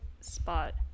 spot